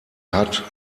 hat